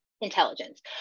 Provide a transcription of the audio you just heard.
intelligence